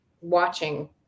watching